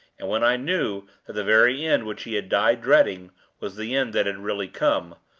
and when i knew that the very end which he had died dreading was the end that had really come,